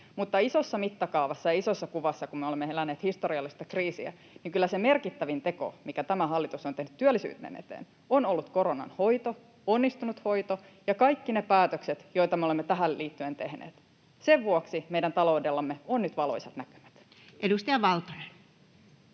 mutta isossa mittakaavassa ja isossa kuvassa, kun me olemme eläneet historiallista kriisiä, kyllä se merkittävin teko, minkä tämä hallitus on tehnyt työllisyyden eteen, on ollut koronan hoito, onnistunut hoito, ja kaikki ne päätökset, joita me olemme tähän liittyen tehneet. Sen vuoksi meidän taloudellamme on nyt valoisat näkymät. [Speech